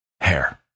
hair